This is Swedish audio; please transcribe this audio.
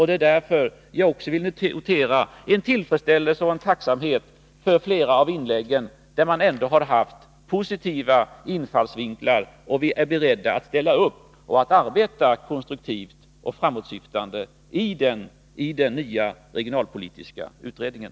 Det är därför jag också med tillfredsställelse och tacksamhet noterar flera inlägg i debatten som visar att talarna har positiva infallsvinklar. Vi är beredda att ställa upp och arbeta konstruktivt och framåtsyftande i den nya regionalpolitiska utredningen.